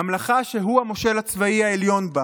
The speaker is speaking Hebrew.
ממלכה שהוא המושל הצבאי העליון בה.